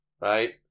Right